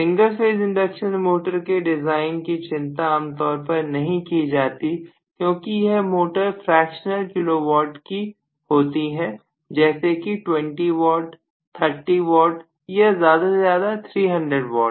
single phase induction motor के design की चिंता आमतौर पर नहीं की जाती क्योंकि यह मोटर फ्रेक्शनल किलो वाट की होती है जैसे कि 20W30W या ज्यादा से ज्यादा 300W